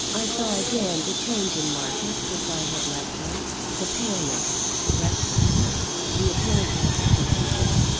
i saw again the change in margaret since i had left her the paleness, the restlessness, the appearance of agitation.